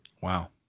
Wow